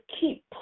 keep